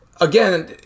again